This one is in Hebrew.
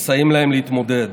מסייעים להם להתמודד.